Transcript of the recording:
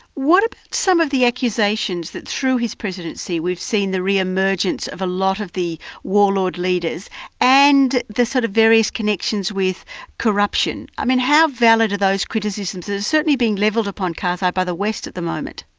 what some of the accusations that through his presidency we've seen the re-emergence of a lot of the warlord leaders and the sort of various connections with corruption. i mean how valid are those criticisms? there's certainly being levelled upon karzai by the west at the moment.